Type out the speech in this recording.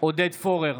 עודד פורר,